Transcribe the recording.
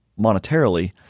monetarily